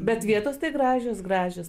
bet vietos tai gražios gražios